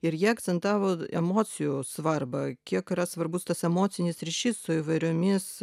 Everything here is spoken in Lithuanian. ir jie akcentavo emocijų svarbą kiek yra svarbus tas emocinis ryšys su įvairiomis